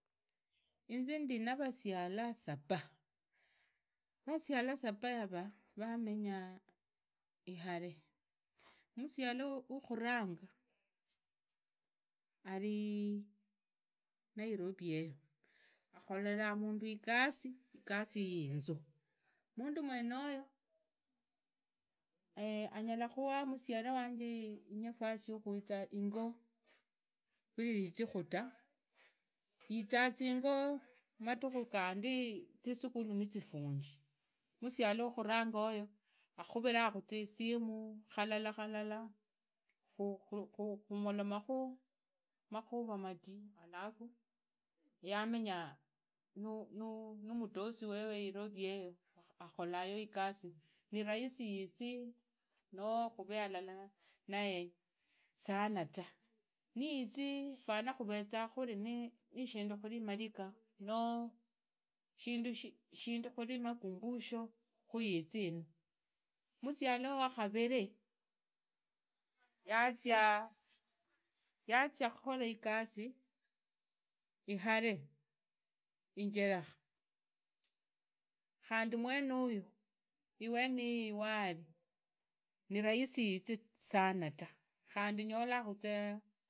Inzi ndi navasiala saba. vasiala saba yara vamenya hiare. musiala wukhuranga ari nairobi yoyo. akhorera mundu igasi. igasi yiyinzu. mundu mwenoyo. anyalakhuwa musiala wanje inafasi yakwizu ingo khuriridhiku ta. yiza igo madhukhu gandi. zisukhulu nizifungi. musiala wakharanga oyo. akhuviriza isimu khalala khalda khalda. khumoromakhu makhuru mati. alafu yamenya. numudosi wewe narovi yeyo akholayo iyasi. nirahisi yizi. noo khure halala naye. sana tu niyizi fana nukhuvee nishindu khuri mariga. shindu khuri makumbusho. khuizi yinu. musiala wakhariri. yazia. yazia khukhola igasi iharee injerekhaa. khandi mwenayu iwenoyo waari nirahisi yiize sana tu khandi nyola khuzee.